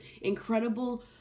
incredible